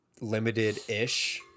limited-ish